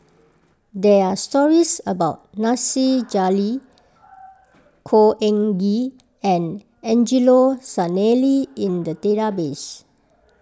there are stories about Nasir Jalil Khor Ean Ghee and Angelo Sanelli in the database